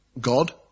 God